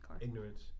Ignorance